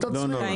מתנצלים".